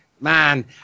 man